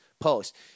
post